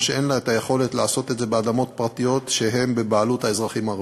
ואין לה היכולת לעשות את זה באדמות פרטיות שהן בבעלות האזרחים הערבים.